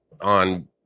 on